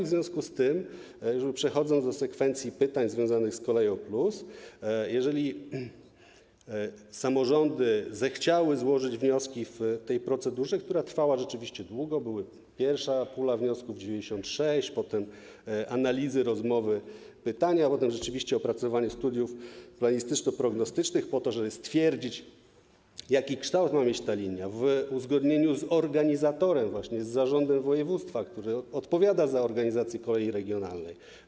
W związku z tym, przechodząc do sekwencji pytań związanych z ˝Koleją+˝, chcę powiedzieć, że jeżeli samorządy zechciały złożyć wnioski w tej procedurze, która trwała rzeczywiście długo, bo była pierwsza pula wniosków, 96, potem były analizy, rozmowy, pytania, potem rzeczywiście było opracowanie studiów planistyczno-prognostycznych po to, żeby stwierdzić, jaki kształt ma mieć ta linia, w uzgodnieniu z organizatorem, właśnie z zarządem województwa, które odpowiada za organizację kolei regionalnych.